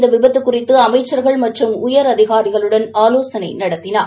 இந்த விபத்து குறித்து அமைச்சர்கள் மற்றும் உரதிகாரிகளுடன் ஆலோசனை நடத்தினார்